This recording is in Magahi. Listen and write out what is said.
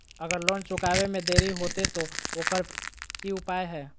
अगर लोन चुकावे में देरी होते तो ओकर की उपाय है?